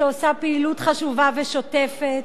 שעושה פעילות חשובה ושוטפת.